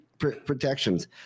protections